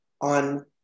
on